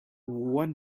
what